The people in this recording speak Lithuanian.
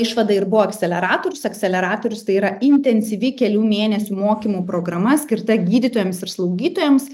išvada ir buvo akceleratorius akceleratorius tai yra intensyvi kelių mėnesių mokymų programa skirta gydytojams ir slaugytojams